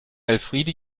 elfriede